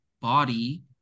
body